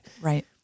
Right